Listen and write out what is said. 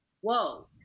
Whoa